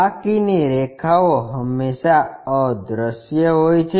બાકીની રેખાઓ હંમેશાં અદ્રશ્ય હોય છે